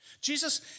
Jesus